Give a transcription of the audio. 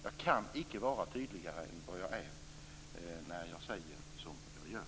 Jag kan icke vara tydligare än jag är när jag säger som jag gör.